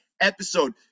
episode